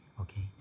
Okay